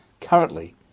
currently